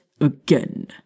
again